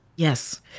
Yes